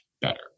better